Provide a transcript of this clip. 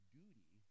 duty